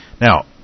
Now